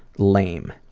lame.